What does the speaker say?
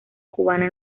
cubana